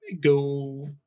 go